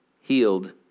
healed